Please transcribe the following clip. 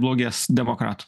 blogės demokratų